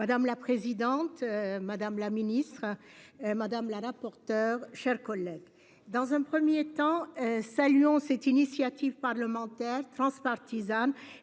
Madame la présidente. Madame la ministre. Madame la rapporteure chers collègues dans un 1er temps saluons cette initiative parlementaire transpartisane